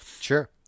Sure